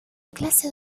clase